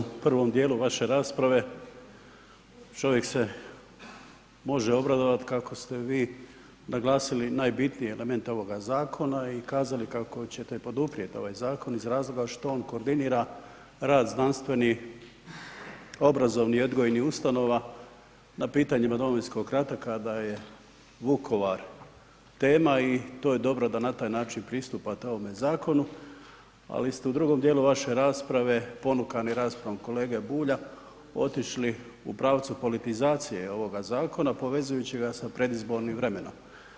Kolega Maras u prvom dijelu vaše rasprave čovjek se može obradovati kako ste vi naglasili najbitnije elemente ovoga zakona i kazali kako ćete poduprijeti ovaj zakon iz razloga što on koordinira rad znanstvenih, obrazovnih i odgojnih ustanova na pitanjima Domovinskog rata kada je Vukovar tema i to je dobro da na taj način pristupate ovomu zakonu, ali ste u drugom dijelu vaše rasprave, ponukani raspravom kolege Bulja otišli u pravcu politizacije ovoga zakona povezujući ga sa predizbornim vremenom.